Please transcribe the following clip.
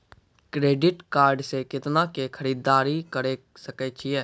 Credit card से कितना के खरीददारी करे सकय छियै?